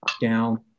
down